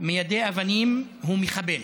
מיידה אבנים הוא מחבל,